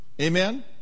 Amen